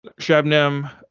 Shabnam